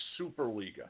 Superliga